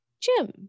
Jim